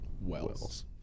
Wells